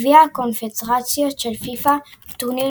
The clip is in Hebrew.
גביע הקונפדרציות של פיפ"א הוא טורניר